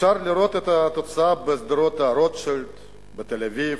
אפשר לראות את התוצאה בשדרות-רוטשילד בתל-אביב,